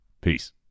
Peace